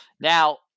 Now